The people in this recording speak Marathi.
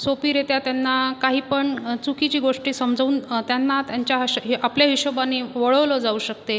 सोपीरित्या त्यांना काहीपण चुकीची गोष्टी समजवून त्यांना त्यांच्या हश् आपल्या हिशोबाने वळवलं जाऊ शकते